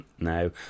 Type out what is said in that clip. now